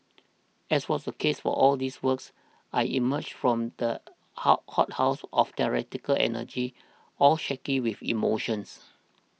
as was the case for all these works I emerged from the hot hothouse of theatrical energy all shaky with emotion